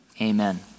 amen